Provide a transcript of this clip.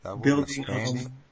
Building